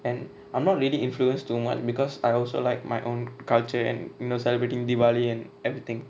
and I'm not really influenced too much because I also like my own culture and you know celebrating diwali and everything